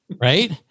right